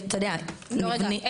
לא רגע,